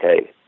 okay